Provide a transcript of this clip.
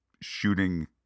shooting